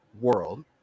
world